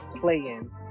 playing